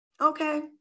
Okay